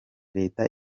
leta